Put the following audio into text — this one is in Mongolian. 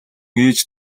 ээж